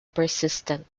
persistent